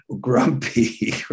grumpy